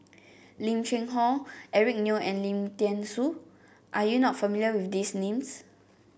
Lim Cheng Hoe Eric Neo and Lim Thean Soo are you not familiar with these names